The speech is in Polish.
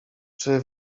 czy